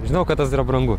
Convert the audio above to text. žinau kad tas yra brangu